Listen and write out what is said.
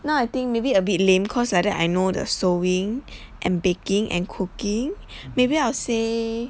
now I think maybe a bit lame cause like that I know the sewing and baking and cooking maybe I'll say